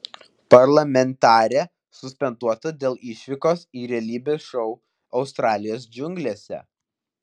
parlamentarė suspenduota dėl išvykos į realybės šou australijos džiunglėse